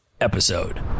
episode